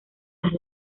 las